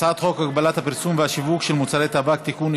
הצעת חוק הגבלת הפרסומת והשיווק של מוצרי טבק (תיקון,